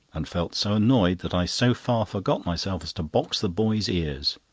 and felt so annoyed that i so far forgot myself as to box the boy's ears.